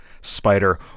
spider